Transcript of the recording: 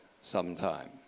sometime